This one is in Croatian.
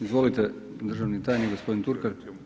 Izvolite državni tajnik gospodin Turkalj.